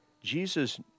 Jesus